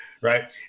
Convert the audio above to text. right